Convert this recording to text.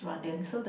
the